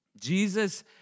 Jesus